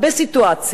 בסיטואציה,